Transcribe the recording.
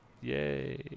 yay